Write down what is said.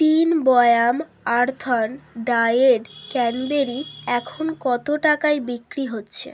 তিন বয়াম আর্থঅন ড্রায়েড ক্র্যানবেরি এখন কত টাকায় বিক্রি হচ্ছে